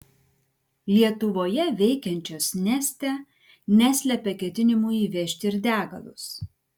lietuvoje veikiančios neste neslepia ketinimų įvežti ir degalus